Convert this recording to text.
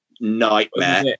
nightmare